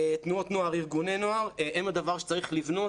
תנועות נוער וארגוני נוער שהם הדבר שצריך לבנות,